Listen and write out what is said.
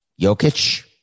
Jokic